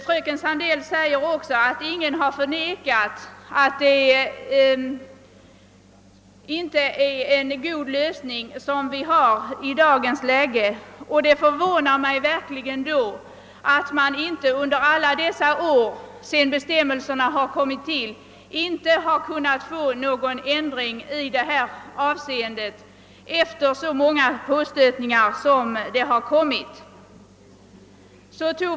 Fröken Sandell säger också att ingen har förnekat att det icke är en god lösning vi har i dagens läge, och det förvånar mig då verkligen att man under alla dessa år, sedan bestämmelserna kommit till, inte har kunnat få någon ändring i detta avseende, trots de många påstötningar som har gjorts.